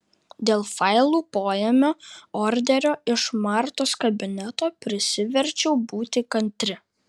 dėl failų poėmio orderio iš martos kabineto prisiverčiau būti kantri